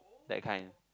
that kind